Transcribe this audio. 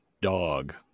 dog